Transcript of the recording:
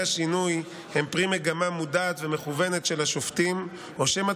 השינוי הם פרי מגמה מודעת ומכוונת של השופטים או שמא